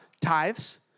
tithes